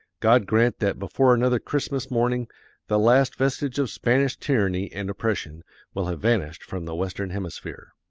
god grant that before another christmas morning the last vestige of spanish tyranny and oppression will have vanished from the western hemisphere.